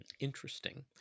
Interesting